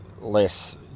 less